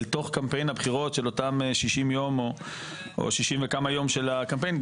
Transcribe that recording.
אל תוך קמפיין הבחירות של אותם 60 יום או 60 וכמה יום של הקמפיין,